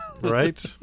right